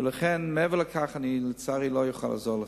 ולכן, מעבר לכך, לצערי, לא אוכל לעזור לך.